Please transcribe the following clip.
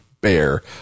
bear